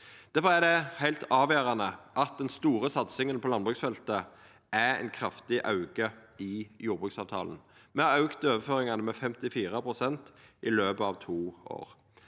Difor er det heilt avgjerande at den store satsinga på landbruksfeltet er ein kraftig auke i jordbruksavtalen. Me har auka overføringane med 54 pst. i løpet av to år.